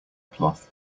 cloth